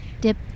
Dip